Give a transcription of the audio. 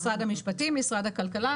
משרד המשפטים, משרד הכלכלה.